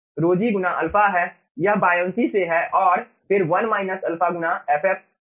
यह बायअंशी से है और फिर 1 α गुना ff